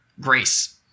grace